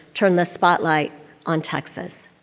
turn the spotlight on texas.